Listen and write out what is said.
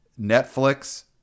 Netflix